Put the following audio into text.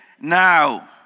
now